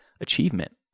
achievement